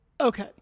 Okay